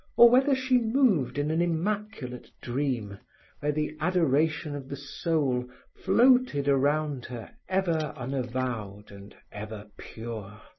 or whether she moved in an immaculate dream where the adoration of the soul floated around her ever unavowed and ever pure.